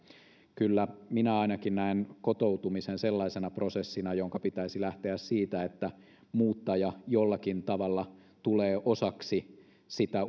kyllä minä ainakin näen kotoutumisen sellaisena prosessina jonka pitäisi lähteä siitä että muuttaja jollakin tavalla tulee osaksi sitä